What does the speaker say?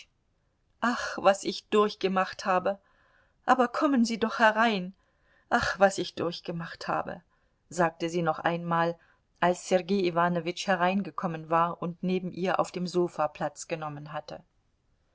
ach was ich durchgemacht habe aber kommen sie doch herein ach was ich durchgemacht habe sagte sie noch einmal als sergei iwanowitsch hereingekommen war und neben ihr auf dem sofa platz genommen hatte